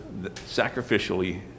sacrificially